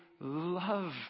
love